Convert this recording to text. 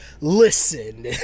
listen